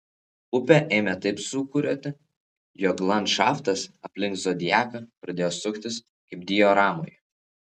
upė ėmė taip sūkuriuoti jog landšaftas aplink zodiaką pradėjo suktis kaip dioramoje